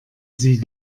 sie